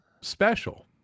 special